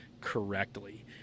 correctly